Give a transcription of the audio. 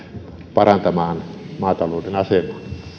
parantamaan maatalouden asemaa arvoisa